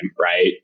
right